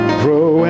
grow